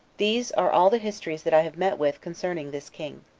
these are all the histories that i have met with concerning this king.